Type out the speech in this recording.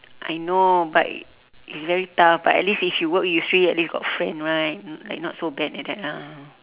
I know but it's very tough but at least if you work yusri at least got friend right like not so bad like that lah